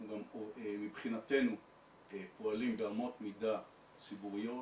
אנחנו גם מבחינתנו פועלים באמות מידה ציבוריות.